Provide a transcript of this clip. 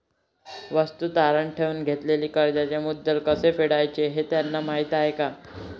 वस्तू तारण ठेवून घेतलेल्या कर्जाचे मुद्दल कसे फेडायचे हे त्यांना माहीत आहे का?